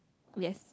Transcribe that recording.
yes